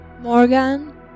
Morgan